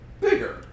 bigger